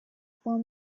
before